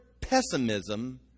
pessimism